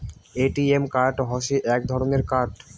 ATM card হসে এক ধরণের কার্ড